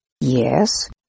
Yes